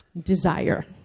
Desire